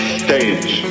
stage